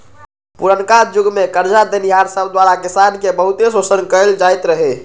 पुरनका जुग में करजा देनिहार सब द्वारा किसान के बहुते शोषण कएल जाइत रहै